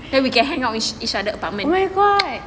then we can hang out with at each other apartment